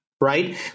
right